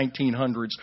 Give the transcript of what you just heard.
1900s